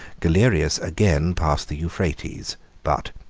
galerius again passed the euphrates but,